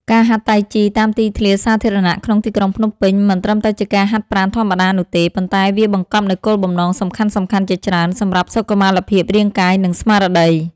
ការហាត់តៃជីតាមទីធ្លាសាធារណៈក្នុងទីក្រុងភ្នំពេញ មិនត្រឹមតែជាការហាត់ប្រាណធម្មតានោះទេ ប៉ុន្តែវាបង្កប់នូវគោលបំណងសំខាន់ៗជាច្រើនសម្រាប់សុខុមាលភាពរាងកាយ និងស្មារតី។